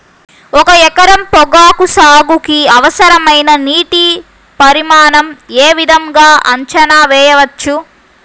ఒక ఎకరం పొగాకు సాగుకి అవసరమైన నీటి పరిమాణం యే విధంగా అంచనా వేయవచ్చు?